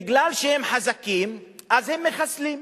מפני שהם חזקים הם מחסלים.